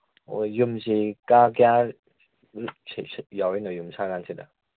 ꯍꯣꯏ ꯌꯨꯝꯁꯤ ꯀꯥ ꯀꯌꯥ ꯌꯥꯎꯔꯤꯅꯣ ꯌꯨꯝ ꯁꯥ ꯀꯥꯟꯁꯤꯗ